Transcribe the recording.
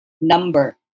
number